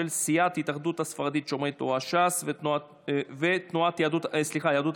של סיעת ההתאחדות הספרדית שומרי תורה ש"ס וסיעת יהדות התורה.